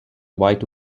white